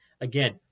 Again